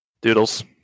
doodles